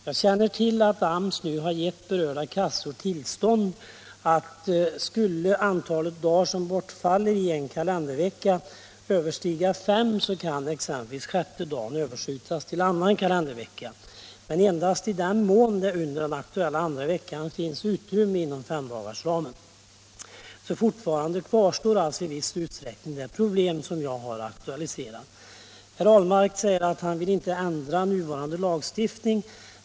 Jag känner till att AMS nu gett berörda kassor tillstånd att, om antalet dagar som bortfaller i en kalendervecka skulle överstiga fem, exempelvis skjuta över den sjätte dagen till en annan kalendervecka, dock endast i den mån det under den aktuella andra veckan finns utrymme inom femdagarsramen. Fortfarande kvarstår alltså i viss utsträckning det problem som jag har aktualiserat. Herr Ahlmark säger att han inte nu vill ändra gällande lagstiftning.